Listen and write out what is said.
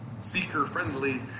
seeker-friendly